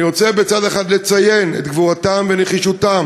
אני רוצה בצד אחד לציין את גבורתם ונחישותם,